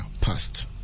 past